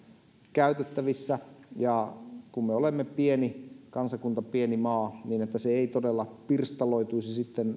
käytettävissä ja kun me olemme pieni kansakunta pieni maa että se ei todella pirstaloituisi sitten